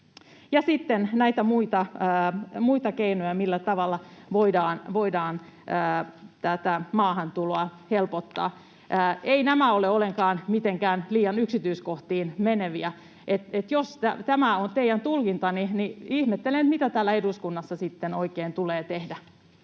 sitten näitä muita keinoja, millä tavalla voidaan tähän maahantuloon vaikuttaa. Eivät nämä ole ollenkaan mitenkään liian yksityiskohtiin meneviä, niin että jos tämä on teidän tulkintanne, niin ihmettelen, mitä täällä eduskunnassa sitten oikein tulee tehdä.